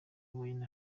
wine